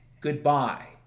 Goodbye